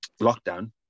lockdown